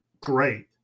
great